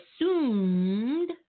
assumed